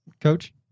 Coach